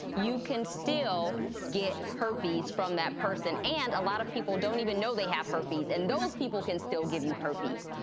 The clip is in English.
you can still get herpes from that person, and a lot of people don't even know they have herpes, and those people can still give you herpes.